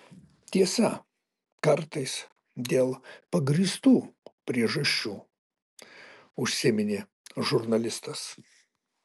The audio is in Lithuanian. tiesa kartais dėl pagrįstų priežasčių užsiminė žurnalistas